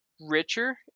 richer